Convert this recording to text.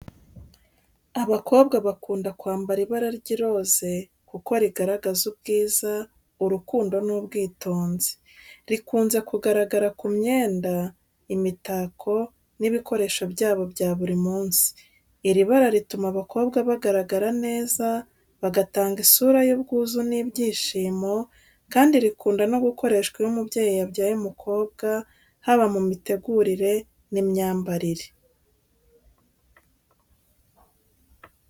Abakobwa bakunda kwambara ibara ry'iroze kuko rigaragaza ubwiza, urukundo n’ubwitonzi. Rikunze kugaragara ku myenda, imitako n’ibikoresho byabo bya buri munsi. Iri bara rituma abakobwa bagaragara neza, bagatanga isura y’ubwuzu n’ibyishimo, kandi rikunda no gukoreshwa iyo umubyeyi yabyaye umukobwa haba mu mitegurire n’imyambarire.